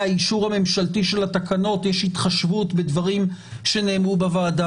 האישור הממשלתי של התקנות יש התחשבות בדברים שנאמרו בוועדה.